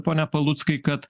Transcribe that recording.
pone paluckai kad